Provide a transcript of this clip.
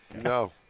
No